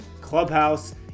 clubhouse